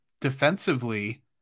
Defensively